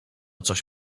coś